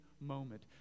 moment